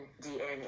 DNA